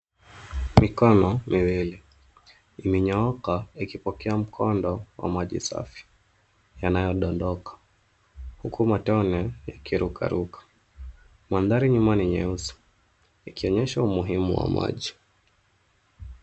Mikono miwili imenyooka, ikipokea mkondo wa maji safi yanayodondoka huku matone yakirukaruka. Mandhari nnyuma ni nyeusi ikionyesha umuhimu wa maji.